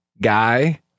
guy